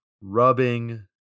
rubbing